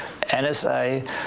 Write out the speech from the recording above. NSA